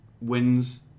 wins